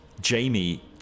Jamie